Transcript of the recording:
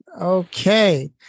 Okay